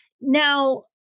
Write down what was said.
Now